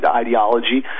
ideology